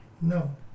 No